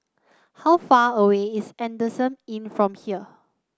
how far away is Adamson Inn from here